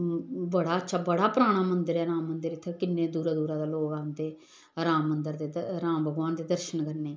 बड़ा अच्छा बड़ा पराना मंदर ऐ राम मंदर इत्थै किन्ने दूरा दूरा दा लोक आंदे राम मंदर दे राम भगवान दे दर्शन करने गी